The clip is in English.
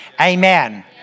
Amen